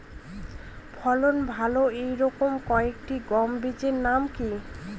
ফলন ভালো এই রকম কয়েকটি গম বীজের নাম কি?